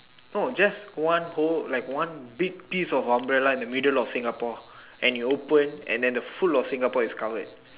oh just one whole like one big piece of umbrella in the middle of Singapore and you open and then the full of Singapore is covered